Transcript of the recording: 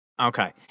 Okay